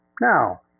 now